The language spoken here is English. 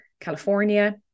California